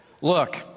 look